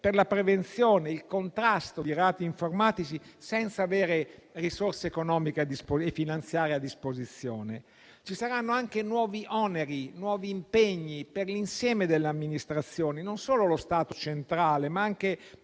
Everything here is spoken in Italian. per la prevenzione e il contrasto dei reati informatici, senza avere risorse economiche e finanziarie a disposizione? Ci saranno anche nuovi oneri e nuovi impegni per l'insieme delle amministrazioni, e non solo per lo Stato centrale, ma anche